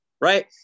Right